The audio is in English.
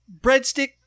breadstick